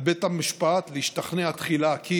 על בית המשפט להשתכנע תחילה כי